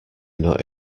not